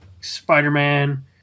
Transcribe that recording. Spider-Man